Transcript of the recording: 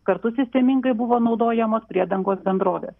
kartu sistemingai buvo naudojamos priedangos bendrovės